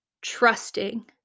trusting